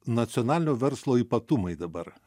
nacionalinio verslo ypatumai dabar